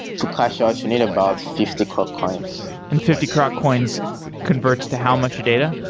to cash out, you need about fifty croccoins and fifty croccoins converts to how much data?